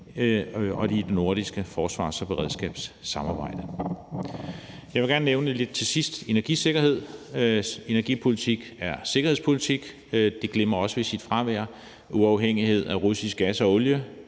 og i det nordiske forsvars-og beredskabssamarbejde. Jeg vil gerne her lidt til sidst nævne energisikkerhed. Energipolitik er sikkerhedspolitik. Det glimrer også ved sit fravær. Uafhængighed af russisk gas og olie